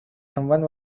someone